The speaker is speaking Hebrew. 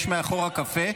יש מאחור קפה,